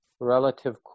relative